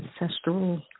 ancestral